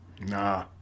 nah